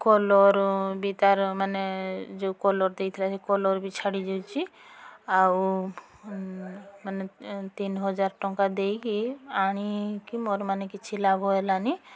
colour ବି ତାର ମାନେ ଯେଉଁ କଲର୍ ଦେଇଥିଲା ସେ କଲର୍ ବି ଛାଡ଼ିଯାଇଛି ଆଉ ମାନେ ତିନିହଜାର ଟଙ୍କା ଦେଇକି ଆଣିକି ମୋର ମାନେ କିଛି ଲାଭ ହେଲାନି